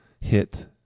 hit